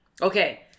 Okay